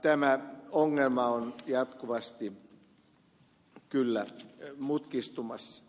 tämä ongelma on jatkuvasti kyllä mutkistumassa